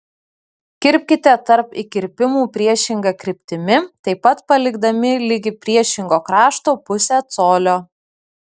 kirpkite tarp įkirpimų priešinga kryptimi taip pat palikdami ligi priešingo krašto pusę colio